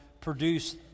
produce